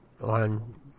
on